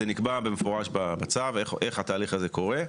זה נקבע במפורש בצו, איך התהליך הזה קורה.